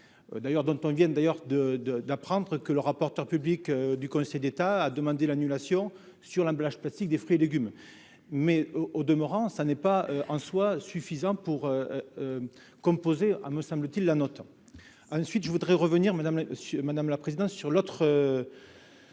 d'ailleurs de, de, d'apprendre que le rapporteur public du Conseil d'État a demandé l'annulation sur l'emballage plastique des fruits et légumes, mais, au demeurant, ça n'est pas en soi suffisante pour composer à me semble-t-il la notant ensuite je voudrais revenir Madame madame la présidence sur l'autre,